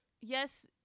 Yes